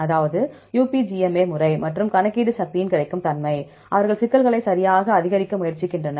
அதாவது UPGMA முறை மற்றும் கணக்கீட்டு சக்தியின் கிடைக்கும் தன்மை அவர்கள் சிக்கல்களை சரியாக அதிகரிக்க முயற்சிக்கின்றனர்